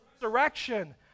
resurrection